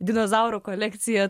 dinozaurų kolekciją